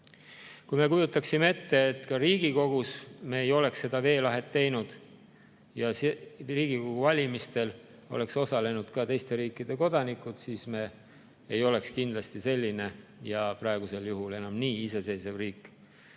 Kui me kujutaksime ette, et Riigikogus me ei oleks seda veelahet teinud ja Riigikogu valimistel oleksid osalenud ka teiste riikide kodanikud, siis me ei oleks kindlasti selline ja praegusel juhul enam nii iseseisev riik